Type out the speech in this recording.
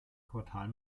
quartal